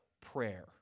prayer